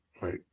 Right